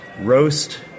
roast